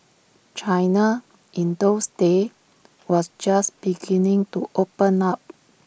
China in those days was just beginning to open up